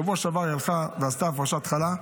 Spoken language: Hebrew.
שבשבוע שעבר היא הלכה ועשתה הפרשת חלה.